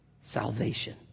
salvation